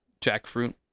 jackfruit